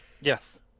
Yes